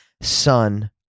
son